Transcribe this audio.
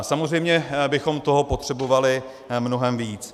Samozřejmě bychom toho potřebovali mnohem víc.